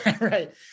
Right